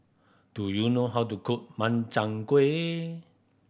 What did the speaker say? do you know how to cook Makchang Gui